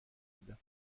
بودم